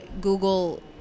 Google